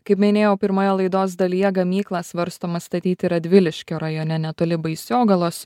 kaip minėjau pirmoje laidos dalyje gamyklą svarstoma statyti radviliškio rajone netoli baisiogalos